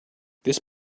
this